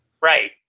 right